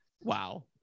Wow